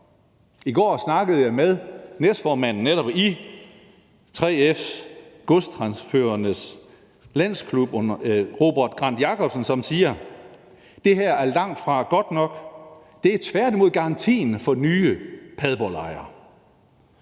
i går snakkede jeg med næstformanden i Godschaufførernes Landsklub under 3F, Robert Grandt Jakobsen, som siger: Det her er langtfra godt nok; det er tværtimod garantien for nye Padborglejre.